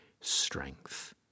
strength